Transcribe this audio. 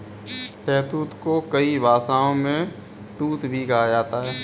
शहतूत को कई भाषाओं में तूत भी कहा जाता है